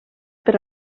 per